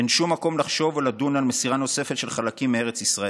אין שום מקום לחשוב או לדון על מסירה נוספת של חלקים מארץ ישראל.